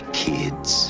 kids